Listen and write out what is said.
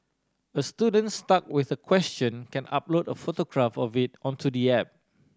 a student stuck with a question can upload a photograph of it onto the app